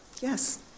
Yes